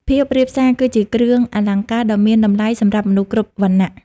ភាពរាបសារគឺជាគ្រឿងអលង្ការដ៏មានតម្លៃសម្រាប់មនុស្សគ្រប់វណ្ណៈ។